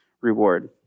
reward